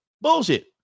Bullshit